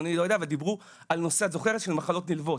על מחלות נלוות.